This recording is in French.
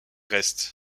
restent